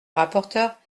rapporteure